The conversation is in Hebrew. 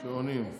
שעונים, בבקשה.